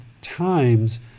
times